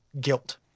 guilt